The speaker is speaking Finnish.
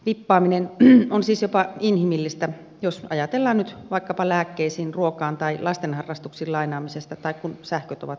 vippaaminen on siis jopa inhimillistä jos ajatellaan nyt vaikkapa lääkkeisiin ruokaan tai lasten harrastuksiin lainaamista tai kun sähköt ovat katkeamassa